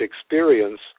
experience